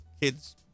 kids